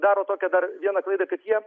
daro tokią dar vieną klaidą kad jie